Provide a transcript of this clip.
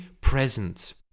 present